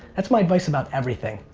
that's my advice about everything.